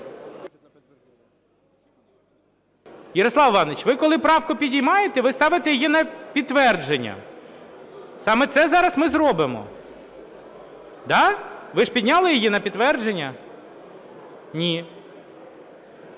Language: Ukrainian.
Ярославе Івановичу, ви коли правку піднімаєте, ви ставите її на підтвердження. Саме це зараз ми зробимо. Ви ж підняли її на підтвердження? Ні.